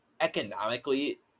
economically